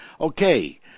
Okay